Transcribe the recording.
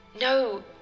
No